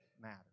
matter